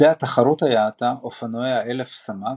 שדה התחרות היה עתה אופנועי ה-1,000 סמ"ק,